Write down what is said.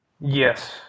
Yes